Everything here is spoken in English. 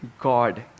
God